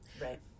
right